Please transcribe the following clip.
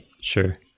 Sure